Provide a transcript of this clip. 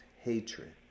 hatred